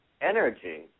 energy